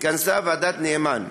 התכנסה ועדת נאמן,